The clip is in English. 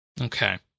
Okay